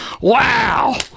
Wow